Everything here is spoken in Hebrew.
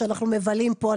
שאנחנו מבלים פה,